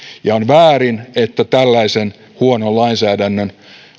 ja on väärin että tällaisen huonon lainsäädännön